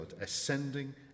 ascending